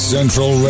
Central